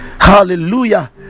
hallelujah